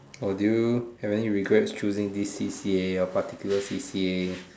or do you have any regrets choosing this C_C_A or a particular C_C_A